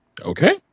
Okay